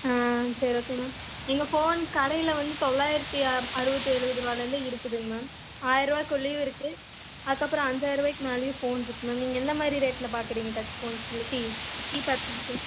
ஆ சரி okay ma'am எங்கள் phone கடையில் வந்து தொள்ளாயிரத்தி அ அறுபத்தி எழுபது ருபாலேருந்தே இருக்குதுங்க மேம் ஆயரருவாய்க்குள்ளையும் இருக்குது அதுக்கப்புறம் அஞ்சாயிரருவாய்க்கு மேலேயும் ஃபோனிருக்கு மேம் நீங்கள் எந்த மாதிரி ரேட்டில் பார்க்கறீங்க டச் ஃபோன்ஸு சி கீ பேட் போன்ஸு